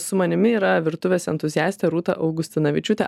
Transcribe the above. su manimi yra virtuvės entuziastė rūta augustinavičiūtė